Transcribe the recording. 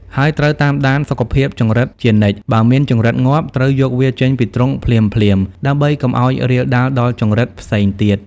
ហើយត្រូវតាមដានសុខភាពចង្រិតជានិច្ច បើមានចង្រិតងាប់ ត្រូវយកវាចេញពីទ្រុងភ្លាមៗដើម្បីកុំឲ្យរាលដាលដល់ចង្រិតផ្សេងទៀត។